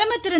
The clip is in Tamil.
பிரதமர் திரு